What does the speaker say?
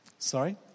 Sorry